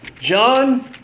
John